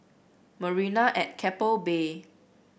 Marina at Keppel Bay